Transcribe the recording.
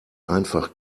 einfach